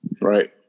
Right